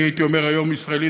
אני הייתי אומר: "ישראלי,